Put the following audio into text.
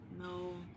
No